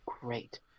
Great